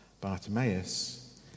Bartimaeus